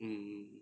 mm mm